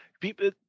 People